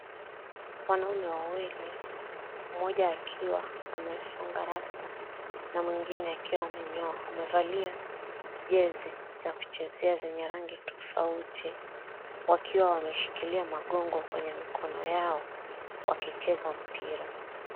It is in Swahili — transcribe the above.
Wanaume wawili mmoja akiwa amesonga rasta na mwingine akiwa amenyoa, wamevalia jezi za kuchezea zenye rangi tofauti, wakiwa wameshikilia magongo kwenye mikono yao wakicheza mpira.